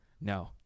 No